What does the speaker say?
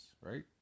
right